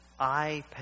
iPad